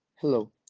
Hello